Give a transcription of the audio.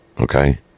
okay